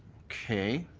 okay.